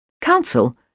Council